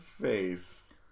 face